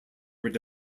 rid